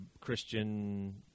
Christian